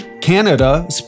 Canada